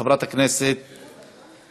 חברת הכנסת